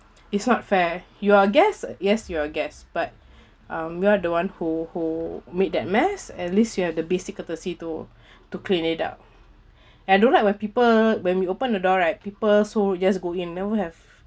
it's not fair you are guest yes you are guest but um we are the one who who made that mess at least you have the basic courtesy to to clean it up I don't like when people when we open the door right people so just go in never have